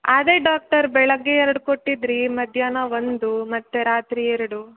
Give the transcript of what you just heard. ಅದೇ ಡಾಕ್ಟರ್ ಬೆಳಿಗ್ಗೆ ಎರಡು ಕೊಟ್ಟಿದ್ದಿರಿ ಮಧ್ಯಾಹ್ನ ಒಂದು ಮತ್ತು ರಾತ್ರಿ ಎರಡು